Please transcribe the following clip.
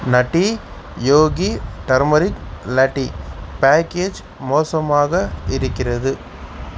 நட்டி Yogi turmeric latte package மோசமாக இருக்கிறது